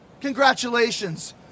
Congratulations